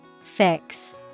Fix